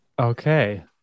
Okay